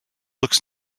looks